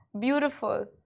Beautiful